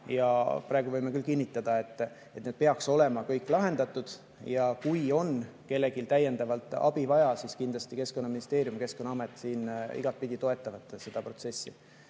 Praegu võin ma küll kinnitada, et need peaks olema kõik lahendatud. Kui kellelgi on täiendavalt abi vaja, siis kindlasti Keskkonnaministeerium ja Keskkonnaamet igatpidi toetavad seda protsessi. Need